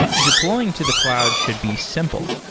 deploying to the cloud should be simple.